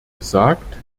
gesagt